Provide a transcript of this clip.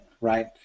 right